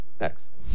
next